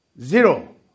zero